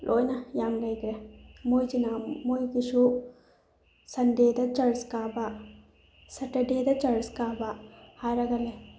ꯂꯣꯏꯅ ꯌꯥꯝ ꯂꯩꯈ꯭ꯔꯦ ꯃꯣꯏꯁꯤꯅ ꯃꯣꯏꯒꯤꯁꯨ ꯁꯟꯗꯦꯗ ꯆꯔꯆ ꯀꯥꯕ ꯁꯇꯔꯗꯦꯗ ꯆꯔꯆ ꯀꯥꯕ ꯍꯥꯏꯔꯒ ꯂꯩ